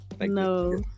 No